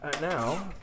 now